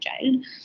child